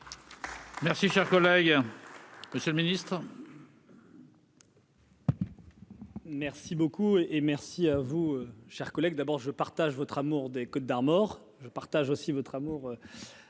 Merci, cher collègue, Monsieur le Ministre.